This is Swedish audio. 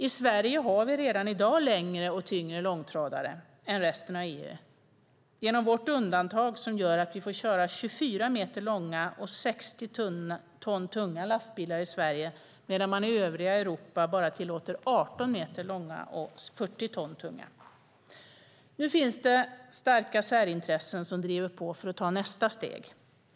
I Sverige har vi redan i dag längre och tyngre långtradare än resten av EU genom vårt undantag som gör att vi får köra 24 meter långa och 60 ton tunga lastbilar i Sverige medan man i övriga Europa bara tillåter 18 meter långa och 40 ton tunga. Nu finns det starka särintressen som driver på för att ta nästa steg.